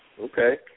Okay